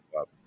up